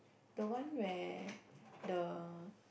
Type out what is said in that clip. the one where the